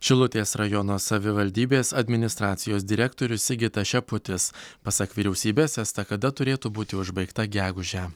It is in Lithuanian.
šilutės rajono savivaldybės administracijos direktorius sigitas šeputis pasak vyriausybės estakada turėtų būti užbaigta gegužę